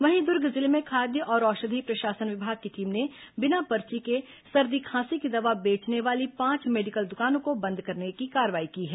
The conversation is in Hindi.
वहीं दुर्ग जिले में खाद्य और औषधि प्रशासन विभाग की टीम ने बिना पर्ची के सर्दी खांसी की दवा बेचने वाली पांच मेडिकल दुकानों को बंद करने की कार्रवाई की है